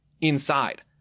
inside